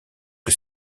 que